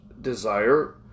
desire